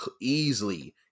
easily